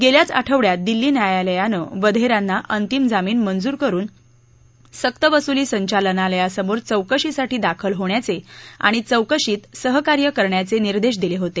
गेल्याच आठवड्यात दिल्ली न्यायालयानं वधेरांना अंतरिम जामीन मंजूर करुन सक्त वसूली संचालनालयासमोर चौकशीसाठी दाखल होण्याचे आणि चौकशीत सहकार्य करण्याचे निर्देश दिले होते